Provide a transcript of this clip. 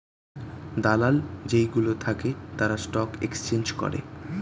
দালাল যেই গুলো থাকে তারা স্টক এক্সচেঞ্জ করে